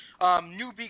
newbie